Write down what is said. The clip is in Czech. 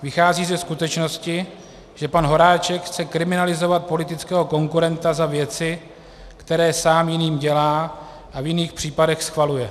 Vychází ze skutečnosti, že pan Horáček chce kriminalizovat politického konkurenta za věci, které sám jiným dělá a v jiných případech schvaluje.